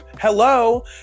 Hello